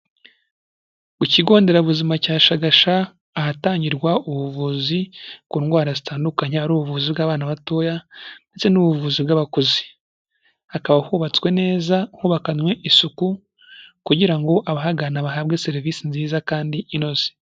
Ku kigo nderabuzima cya Shagasha, ahatangirwa ubuvuzi ku ndwara zitandukanye, ari ubuvuzi bw'abana batoya ndetse n'ubuvuzi bw'abakuze, hakaba hubatswe neza, hubakanywe isuku kugira ngo abahagana bahabwe serivise nziza kandi inoze.